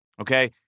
Okay